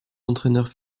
entraîneur